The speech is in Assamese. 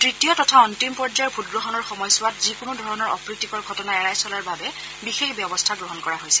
তৃতীয় তথা অন্তিম পৰ্যায়ৰ ভোটগ্ৰহণৰ সময়ছোৱাত যিকোনো ধৰণৰ অস্ৰীতিকৰ ঘটনা এৰাই চলাৰ বাবে বিশেষ ব্যৱস্থা গ্ৰহণ কৰা হৈছে